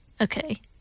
Okay